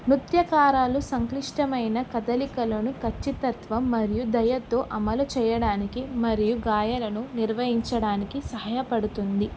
నృత్యకారులు సంక్లిష్టమైన కదలికలను ఖచ్చితత్వం మరియు దయతో అమలు చేయడానికి మరియు గాయాలను నిర్వహించడానికి సహాయపడుతుంది